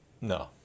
no